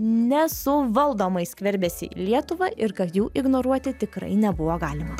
nesuvaldomai skverbėsi į lietuvą ir kad jų ignoruoti tikrai nebuvo galima